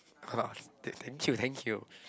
!wah! thank you thank you